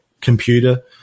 computer